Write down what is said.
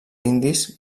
indis